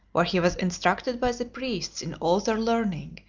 where he was instructed by the priests in all their learning,